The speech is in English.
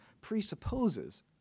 presupposes